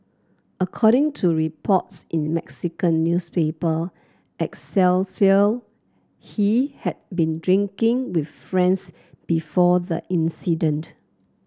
according to reports in Mexican newspaper Excelsior he had been drinking with friends before the incident